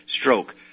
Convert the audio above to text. stroke